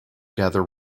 gather